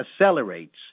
accelerates